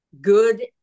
good